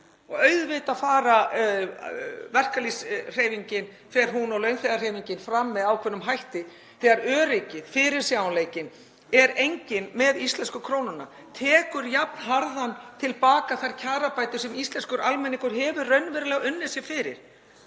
Auðvitað fer verkalýðshreyfingin og launþegahreyfingin fram með ákveðnum hætti þegar öryggið er ekkert, þegar fyrirsjáanleikinn er enginn, með íslensku krónuna, sem tekur jafn harðan til baka þær kjarabætur sem íslenskur almenningur hefur raunverulega unnið sér fyrir.